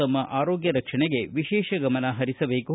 ತಮ್ಮ ಆರೋಗ್ಯ ರಕ್ಷಣೆಗೆ ವಿಶೇಷ ಗಮನ ಪರಿಸಬೇಕು